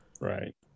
Right